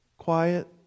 Quiet